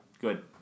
good